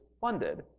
funded